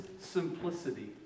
simplicity